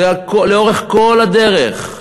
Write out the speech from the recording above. זה לאורך הדרך.